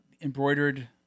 embroidered